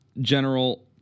General